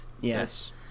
Yes